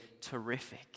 terrific